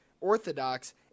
orthodox